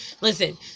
Listen